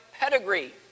Pedigree